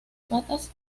patas